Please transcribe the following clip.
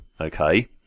okay